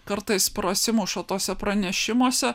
kartais prasimuša tuose pranešimuose